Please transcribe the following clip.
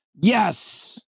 Yes